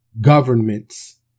governments